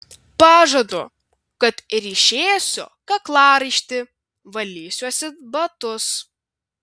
pažadu kad ryšėsiu kaklaraištį valysiuosi batus